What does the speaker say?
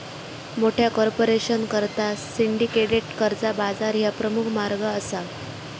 मोठ्या कॉर्पोरेशनकरता सिंडिकेटेड कर्जा बाजार ह्या प्रमुख मार्ग असा